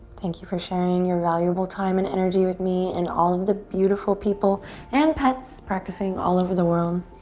thank you for sharing your valuable time and energy with me and all of the beautiful people and pets practicing all over the world.